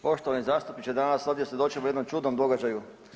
Poštovani zastupniče, danas ovdje svjedočimo jednom čudnom događaju.